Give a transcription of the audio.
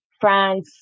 France